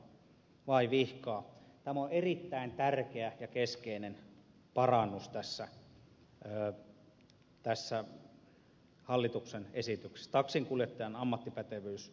tämä taksinkuljettajan ammattipätevyyslain muuttaminen on erittäin tärkeä ja keskeinen parannus tässä hallituksen esitykset taksinkuljettajan ammattipätevyys